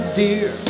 dear